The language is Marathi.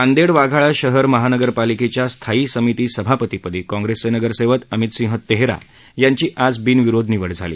नांदेड वाघाळा शहर महानगरपालिकेच्या स्थायी समिती सभापतीपदी काँग्रेसचे नगरसेवक आमितसिंह तेहरा यांची आज बिनविरोध निवड झाली